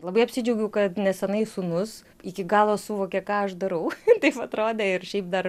labai apsidžiaugiau kad nesenai sūnus iki galo suvokė ką aš darau taip atrodė ir šiaip dar